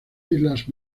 islas